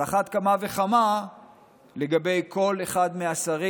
על אחת כמה וכמה לגבי כל אחד מהשרים,